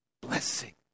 blessing